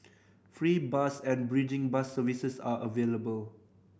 free bus and bridging bus services are available